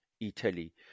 Italy